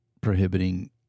prohibiting